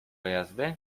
jazdy